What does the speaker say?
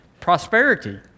prosperity